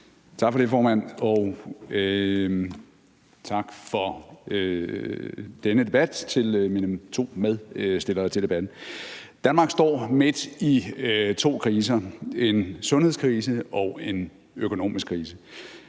Tak for det, formand, og tak til mine to medforespørgere i debatten. Danmark står midt i to kriser, en sundhedskrise og en økonomisk krise,